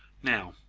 now,